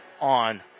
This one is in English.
on